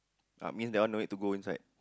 ah means that one no need to go inside